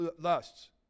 lusts